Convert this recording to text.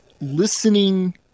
listening